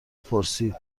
پرسید